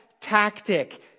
tactic